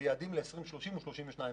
ליעדים ל-2030 הוא 32%,